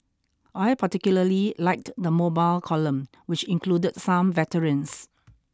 I particularly liked the mobile column which included some veterans